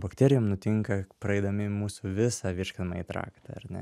bakterijom nutinka praeidami mūsų visą virškinamąjį traktą ar ne